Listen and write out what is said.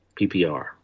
PPR